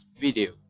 Video